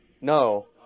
No